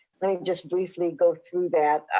let me just briefly go through that.